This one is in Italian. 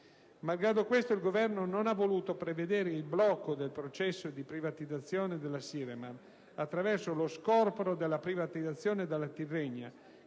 Malgrado ciò, il Governo non ha voluto prevedere il blocco del processo di privatizzazione della Siremar, attraverso lo scorporo dalla privatizzazione dalla Tirrenia,